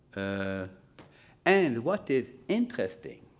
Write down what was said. ah and what is interesting